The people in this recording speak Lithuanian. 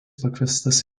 pakviestas